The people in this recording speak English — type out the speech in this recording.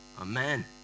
Amen